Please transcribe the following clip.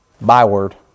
Byword